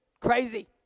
crazy